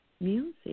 music